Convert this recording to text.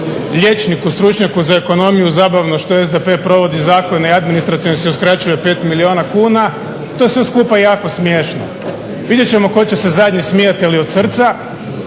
liječniku, stručnjaku za ekonomiju zabavno što SDP provodi zakone i administrativno se uskraćuje 5 milijuna kuna, to je sve skupa jako smiješno. Vidjet ćemo tko će se zadnji smijati ali od srca,